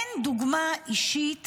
אין דוגמה אישית